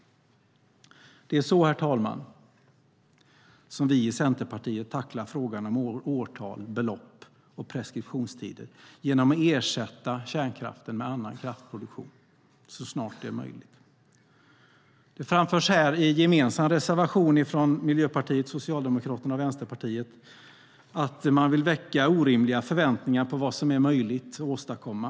Det är så, herr talman, som vi i Centerpartiet tacklar frågan om årtal, belopp och preskriptionstider - genom att ersätta kärnkraften med annan kraftproduktion så snart det är möjligt. Det som framförs här i en gemensam reservation från Miljöpartiet, Socialdemokraterna och Vänsterpartiet är som att väcka orimliga förväntningar på vad som är möjligt att åstadkomma.